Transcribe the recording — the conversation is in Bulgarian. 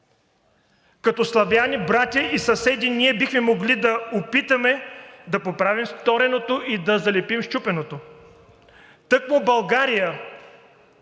Като славяни, братя и съседи ние бихме могли да опитаме да поправим стореното и да залепим счупеното. Тъкмо България